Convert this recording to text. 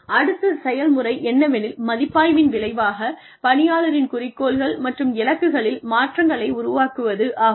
அடுத்த செயல்முறை என்னவெனில் மதிப்பாய்வின் விளைவாக பணியாளரின் குறிக்கோள்கள் மற்றும் இலக்குகளில் மாற்றங்களை உருவாக்குவது ஆகும்